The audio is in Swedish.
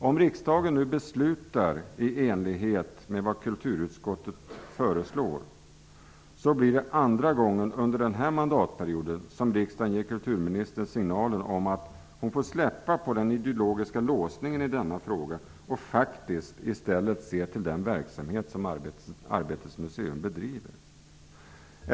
Om riksdagen beslutar i enlighet med vad kulturutskottet föreslår ger riksdagen för andra gången under denna mandatperiod kulturministern signaler om att hon får släppa på den ideologiska låsningen i denna fråga och i stället se till den verksamhet som Arbetets museum bedriver.